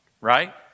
right